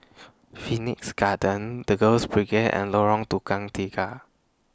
Phoenix Garden The Girls Brigade and Lorong Tukang Tiga